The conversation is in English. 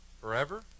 Forever